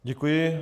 Děkuji.